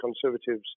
Conservatives